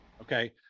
okay